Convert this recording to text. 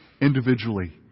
individually